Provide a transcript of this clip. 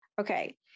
Okay